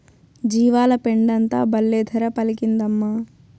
జీవాల పెండంతా బల్లే ధర పలికిందమ్మా